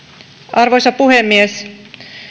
arvoisa puhemies